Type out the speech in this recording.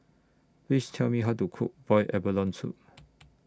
Please Tell Me How to Cook boiled abalone Soup